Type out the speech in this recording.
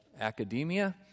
academia